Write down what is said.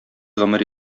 гомер